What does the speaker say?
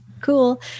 cool